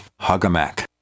hugamac